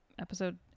episode